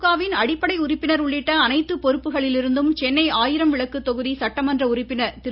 ஸ்டாலின் திமுகவின் அடிப்படை உறுப்பினர் உள்ளிட்ட அனைத்து பொறுப்புகளிலிருந்தும் சென்னை ஆயிரம் விளக்கு தொகுதி சட்டமன்ற உறுப்பினர் திரு